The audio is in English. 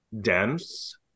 dense